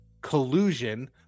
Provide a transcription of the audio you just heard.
collusion